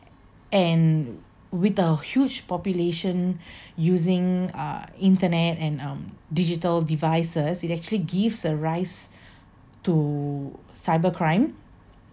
and with a huge population using uh internet and um digital devices it actually gives a rise to cybercrime